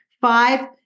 five